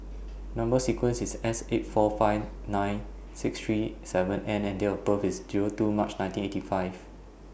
Number sequence IS S eight four five nine six three seven N and Date of birth IS Zero two March nineteen eighty five